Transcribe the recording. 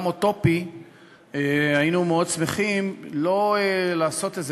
אוטופי היינו מאוד שמחים לא לעשות איזה,